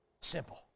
Simple